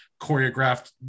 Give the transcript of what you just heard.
choreographed